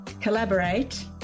collaborate